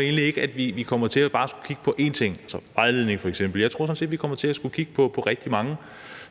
jeg egentlig ikke, at vi kommer til bare at skulle kigge på én ting som f.eks. vejledning. Jeg tror sådan set, at vi kommer til at skulle kigge på rigtig mange